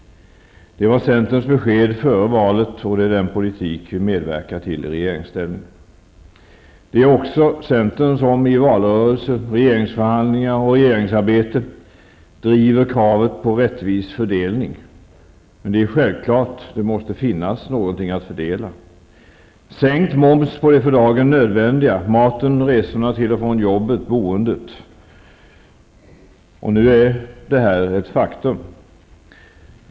Det var centerns besked före valet, och det är den politik som vi medverkar till i regeringsställning. Det är också centern som, i valrörelse, regeringsförhandlingar och regeringsarbete, driver kravet på rättvis fördelning, men det är självklart att det måste finnas något att fördela: sänkt moms på det för dagen nödvändiga -- maten, resorna till och från jobbet, boendet. Nu är detta ett faktum.